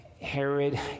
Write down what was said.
Herod